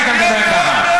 אם היית מדבר ככה.